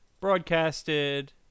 broadcasted